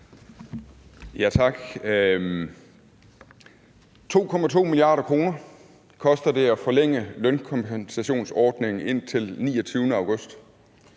Tak. 2,2 mia. kr. koster det at forlænge lønkompensationsordningen indtil den 29. august.